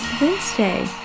Wednesday